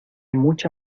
mucha